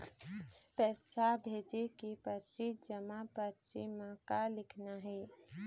पैसा भेजे के परची जमा परची म का लिखना हे?